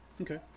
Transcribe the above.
Okay